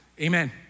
Amen